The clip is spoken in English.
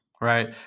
right